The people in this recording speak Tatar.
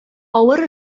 авыр